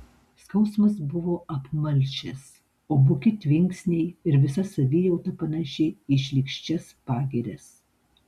skausmas buvo apmalšęs o buki tvinksniai ir visa savijauta panaši į šlykščias pagirias